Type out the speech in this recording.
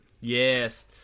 Yes